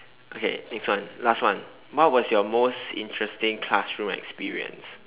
okay next one last one what was your most interesting classroom experience